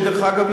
דרך אגב,